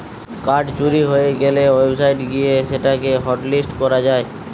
card চুরি হয়ে গ্যালে ওয়েবসাইট গিয়ে সেটা কে হটলিস্ট করা যায়